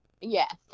yes